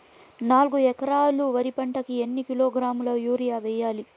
నాలుగు ఎకరాలు వరి పంటకి ఎన్ని కిలోగ్రాముల యూరియ వేయాలి?